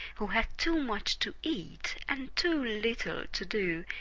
who had too much to eat and too little to do,